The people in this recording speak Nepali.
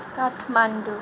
काठमाडौँ